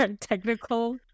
technical